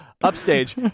upstage